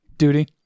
duty